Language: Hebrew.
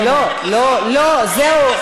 אני מבקשת, לא לא לא, זהו.